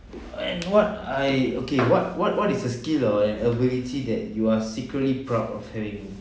and what I okay what what what is a skill or an ability that you are secretly proud of having